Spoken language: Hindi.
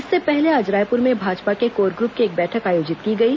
इससे पहले आज रायपुर में भाजपा के कोर ग्रुप की एक बैठक आयोजित की गई